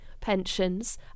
pensions